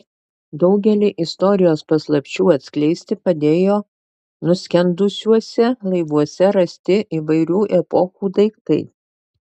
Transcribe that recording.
daugelį istorijos paslapčių atskleisti padėjo nuskendusiuose laivuose rasti įvairių epochų daiktai